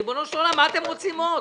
ריבונו של עולם, מה אתם רוצים עוד?